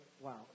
wow